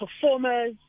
performers